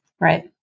Right